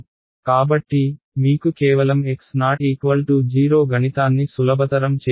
కాబట్టి మీకు కేవలం xo0 గణితాన్ని సులభతరం చేయడానికి ఉంది